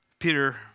Peter